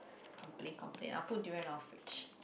complain complain I'll put durian in our fridge